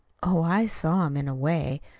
oh, i saw him in a way,